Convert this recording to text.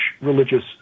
religious